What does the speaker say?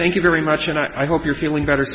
thank you very much and i hope you're feeling better